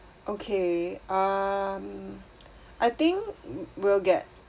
okay um I think we'll get